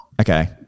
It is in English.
okay